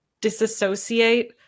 disassociate